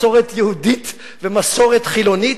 מסורת יהודית ומסורת חילונית,